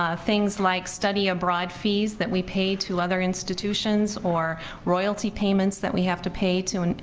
ah things like study abroad fees that we pay to other institutions or royalty payments that we have to pay to and